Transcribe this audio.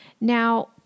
Now